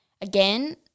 again